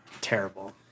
terrible